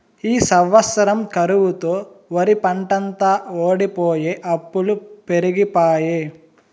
ఈ సంవత్సరం కరువుతో ఒరిపంటంతా వోడిపోయె అప్పులు పెరిగిపాయె